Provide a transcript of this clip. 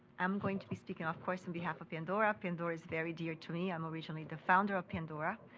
i'm going to be speaking of course on behalf of pandora. pandora is very dear to me i'm originally the founder of pandora,